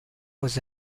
was